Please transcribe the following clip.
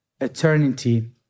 eternity